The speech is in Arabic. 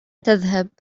تذهب